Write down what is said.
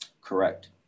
Correct